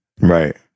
Right